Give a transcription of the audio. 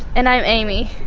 and i'm amy,